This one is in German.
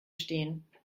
stehen